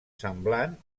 semblant